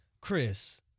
Chris